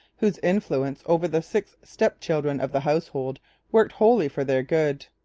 whose influence over the six step-children of the household worked wholly for their good.